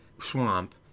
swamp